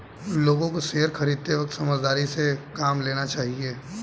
लोगों को शेयर खरीदते वक्त समझदारी से काम लेना चाहिए